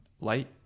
light